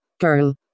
girl